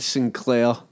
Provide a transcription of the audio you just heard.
Sinclair